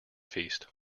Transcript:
feast